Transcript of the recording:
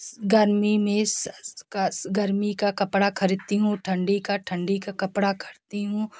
गर्मी में गर्मी का कपड़ा खरीदती हूँ ठण्डी का ठण्डी का कपड़ा खरीदती हूँ